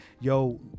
yo